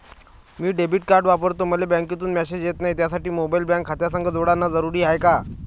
मी debit card वापरतो मले बँकेतून मॅसेज येत नाही, त्यासाठी मोबाईल बँक खात्यासंग जोडनं जरुरी हाय का?